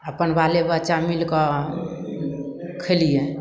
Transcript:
अपन बाले बच्चा मिलकऽ खेलियै